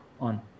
on